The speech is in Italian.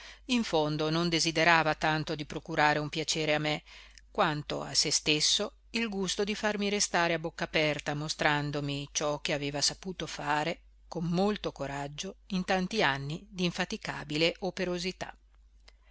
in fondo non desiderava tanto di procurare un piacere a me quanto a se stesso il gusto di farmi restare a bocca aperta mostrandomi ciò che aveva saputo fare con molto coraggio in tanti anni d'infaticabile operosità